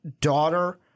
daughter